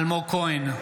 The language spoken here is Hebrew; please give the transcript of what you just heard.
אלמוג כהן,